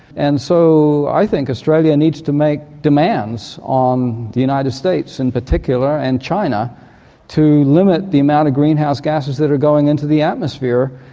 and so i think australia needs to make demands on the united states in particular and china to limit the amount of greenhouse gases that are going into the atmosphere.